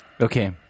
Okay